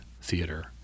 theater